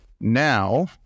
Now